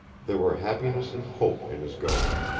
there were happiness and hope in his going.